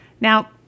Now